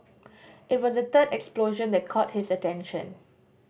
it was the third explosion that caught his attention